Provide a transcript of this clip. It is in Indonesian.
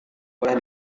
boleh